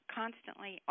constantly